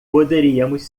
poderíamos